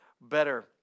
better